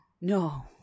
No